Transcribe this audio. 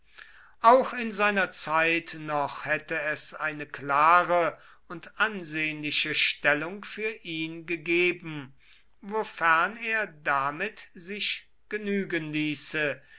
auch in seiner zeit noch hätte es eine klare und ansehnliche stellung für ihn gegeben wofern er damit sich genügen ließ